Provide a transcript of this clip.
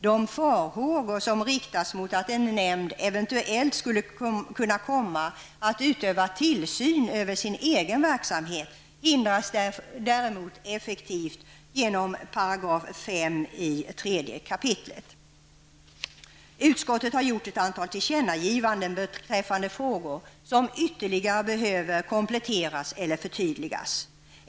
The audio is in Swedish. De farhågor som riktats mot att en nämnd eventuellt skulle kunna komma att utöva tillsyn över sin egen verksamhet hindras däremot effektivt genom 3 kap. 5 §. Utskottet har gjort ett antal tillkännagivanden beträffande frågor som ytterligare behöver kompletteras eller förtydligas.